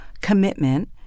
commitment